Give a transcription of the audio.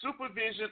supervision